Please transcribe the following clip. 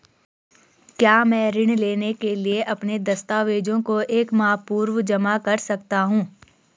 क्या मैं ऋण लेने के लिए अपने दस्तावेज़ों को एक माह पूर्व जमा कर सकता हूँ?